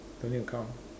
don't need to count